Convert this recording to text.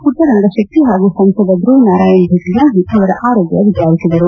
ಪುಟ್ಟರಂಗ ಶೆಟ್ಟಿ ಹಾಗೂ ಸಂಸದ ಧ್ವವನಾರಾಯಣ್ ಭೇಟಿಯಾಗಿ ಅವರ ಆರೋಗ್ಯ ವಿಚಾರಿಸಿದರು